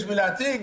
בשביל להציג,